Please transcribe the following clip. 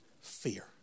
fear